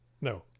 No